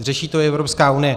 Řeší to i Evropská unie.